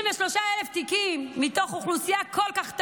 23,000 תיקים מתוך אוכלוסייה כל כך קטנה,